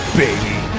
baby